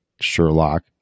Sherlock